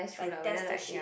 like test the shade